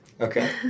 Okay